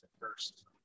first